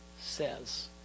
says